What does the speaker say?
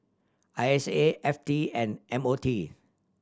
I S A F T and M O T